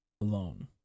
alone